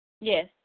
Yes